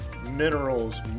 minerals